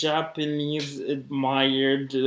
Japanese-admired